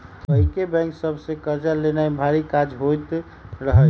पहिके बैंक सभ से कर्जा लेनाइ भारी काज होइत रहइ